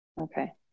Okay